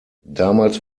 damals